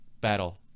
battle